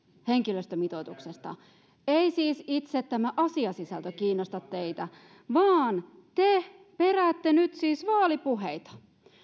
henkilöstömitoituksesta ei siis itse tämä asiasisältö kiinnosta teitä vaan te peräätte nyt siis vaalipuheita